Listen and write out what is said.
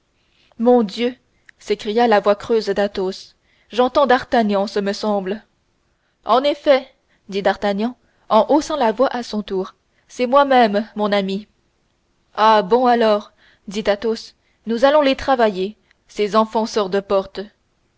mon dieu s'écria la voix creuse d'athos j'entends d'artagnan ce me semble en effet dit d'artagnan en haussant la voix à son tour c'est moi-même mon ami ah bon alors dit athos nous allons les travailler ces enfonceurs de